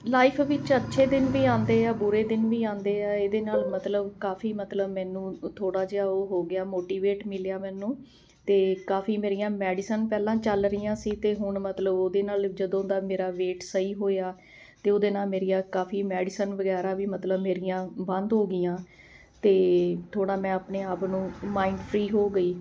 life ਵਿੱਚ ਅੱਛੇ ਦਿਨ ਵੀ ਆਉਂਦੇ ਆ ਬੁਰੇ ਦਿਨ ਵੀ ਆਉਂਦੇ ਆ ਇਹਦੇ ਨਾਲ ਮਤਲਬ ਕਾਫੀ ਮਤਲਬ ਮੈਨੂੰ ਥੋੜ੍ਹਾ ਜਿਹਾ ਉਹ ਹੋ ਗਿਆ ਮੋਟੀਵੇਟ ਮਿਲਿਆ ਮੈਨੂੰ ਅਤੇ ਕਾਫੀ ਮੇਰੀਆਂ ਮੈਡੀਸਨ ਪਹਿਲਾਂ ਚੱਲ ਰਹੀਆਂ ਸੀ ਅਤੇ ਹੁਣ ਮਤਲਬ ਉਹਦੇ ਨਾਲ ਜਦੋਂ ਦਾ ਮੇਰਾ ਵੇਟ ਸਹੀ ਹੋਇਆ ਅਤੇ ਉਹਦੇ ਨਾਲ ਮੇਰੀਆਂ ਕਾਫੀ ਮੈਡੀਸਨ ਵਗੈਰਾ ਵੀ ਮਤਲਬ ਮੇਰੀਆਂ ਬੰਦ ਹੋ ਗਈਆਂ ਅਤੇ ਥੋੜ੍ਹਾ ਮੈਂ ਆਪਣੇ ਆਪ ਨੂੰ ਮਾਇੰਡ ਫਰੀ ਹੋ ਗਈ